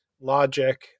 logic